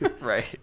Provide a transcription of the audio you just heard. right